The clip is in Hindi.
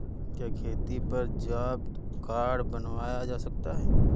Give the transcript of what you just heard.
क्या खेती पर जॉब कार्ड बनवाया जा सकता है?